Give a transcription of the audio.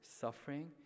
suffering